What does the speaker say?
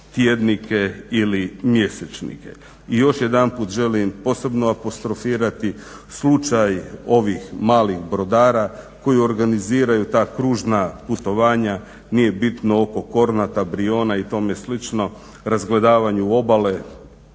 I još jedanput želim posebno apostrofirati slučaj ovih malih brodara koji organiziraju ta kružna putovanja oko Kornata, Brijuna i tome slično, razgledavanju obale.